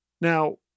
now